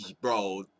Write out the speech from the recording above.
bro